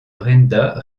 brenda